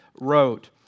wrote